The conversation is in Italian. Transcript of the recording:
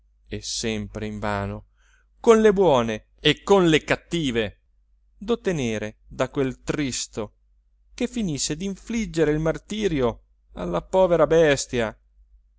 e sempre invano con le buone e con le cattive d'ottenere da quel tristo che finisse d'infliggere il martirio alla povera bestia